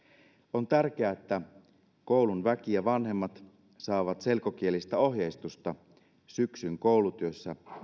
on tärkeää että koulun väki ja vanhemmat saavat selkokielistä ohjeistusta syksyn koulutyöstä